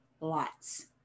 Lots